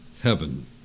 heaven